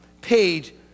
page